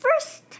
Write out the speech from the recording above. first